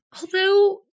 Although-